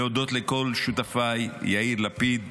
להודות לכל שותפיי, יאיר לפיד,